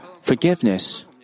forgiveness